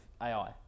AI